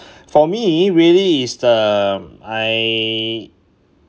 for me really it's the I